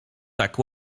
tak